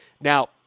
Now